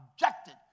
objected